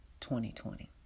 2020